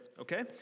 Okay